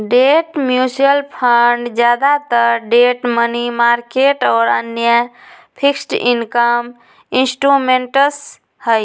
debt mutual fund ज्यादातर debt, money market और अन्य फिक्स्ड इनकम इंस्ट्रूमेंट्स हई